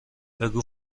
بگو